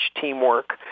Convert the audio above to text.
teamwork